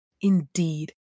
Indeed